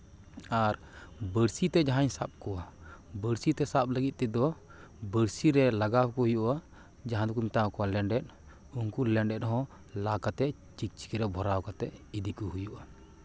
ᱟᱨ ᱵᱟᱹᱲᱥᱤ ᱛᱮ ᱡᱟᱦᱟᱸᱧ ᱥᱟᱵ ᱠᱚᱣᱟ ᱵᱟᱹᱲᱥᱤ ᱛᱮ ᱥᱟᱵ ᱞᱟᱹᱜᱤᱫ ᱛᱮᱫᱚ ᱵᱟᱹᱲᱥᱤ ᱨᱮ ᱞᱟᱜᱟᱣ ᱠᱚ ᱦᱩᱭᱩᱜᱼᱟ ᱡᱟᱦᱟᱸ ᱫᱚᱠᱚ ᱢᱮᱛᱟᱣ ᱠᱚᱣᱟ ᱞᱮᱸᱰᱮᱫ ᱩᱱᱠᱩ ᱞᱸᱮᱰᱮᱫ ᱦᱚᱸ ᱞᱟ ᱠᱟᱛᱮᱫ ᱪᱤᱠ ᱪᱤᱠᱤᱨᱮ ᱵᱷᱚᱨᱟᱣ ᱠᱟᱛᱮᱫ ᱤᱫᱤ ᱠᱚ ᱦᱩᱭᱩᱜᱼᱟ